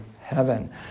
heaven